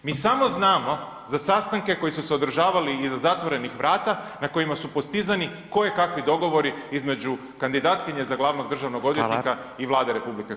Mi samo znamo za sastanke koji se održali iza zatvorenih vrata, na kojima su postizani kojekakvi dogovori između kandidatkinje za glavnog državnog odvjetnika [[Upadica: Hvala.]] i Vlade RH.